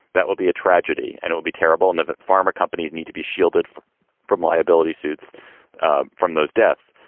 that will be a tragedy and it will be terrible. and the pharma companies need to be shielded from from liability suits ah from those deaths.